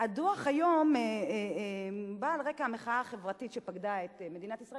הדוח כיום בא על רקע המחאה החברתית שפקדה את מדינת ישראל.